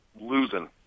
losing